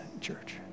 church